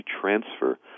Transfer